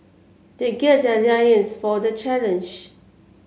they gird their loins for the challenge